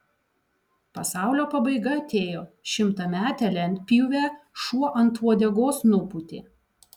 pasaulio pabaiga atėjo šimtametę lentpjūvę šuo ant uodegos nupūtė